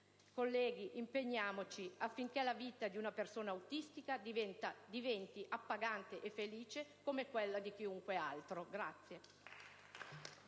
Colleghi, impegniamoci affinché la vita di una persona autistica diventi appagante e felice come quella di chiunque altro.